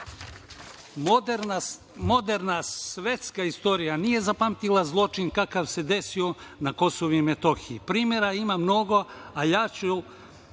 rata. Moderna svetska istorija nije zapamtila zločin kakav se desio na Kosovu i Metohiji. Primera ima mnogo, a ja ću